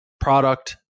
product